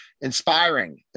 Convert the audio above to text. inspiring